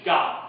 God